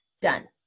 done